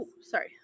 Sorry